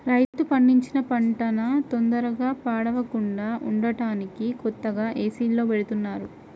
రైతు పండించిన పంటన తొందరగా పాడవకుండా ఉంటానికి కొత్తగా ఏసీల్లో బెడతన్నారుగా